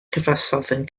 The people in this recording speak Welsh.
cyfansoddyn